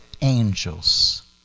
angels